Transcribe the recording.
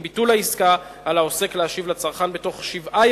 עם ביטול העסקה על העוסק להשיב לצרכן בתוך שבעה